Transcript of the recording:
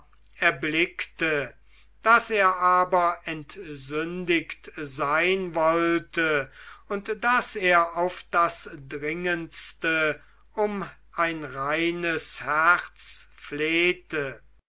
erblickte daß er aber entsündigt sein wollte und daß er auf das dringendste um ein reines herz flehte